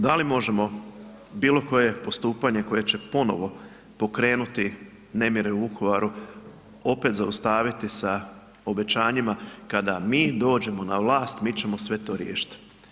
Da li možemo bilo koje postupanje koje će ponovo pokrenuti nemire u Vukovaru opet zaustaviti sa obećanjima kada mi dođemo na vlast mi ćemo sve to riješit?